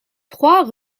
trois